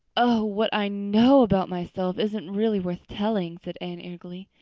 oh, what i know about myself isn't really worth telling, said anne eagerly.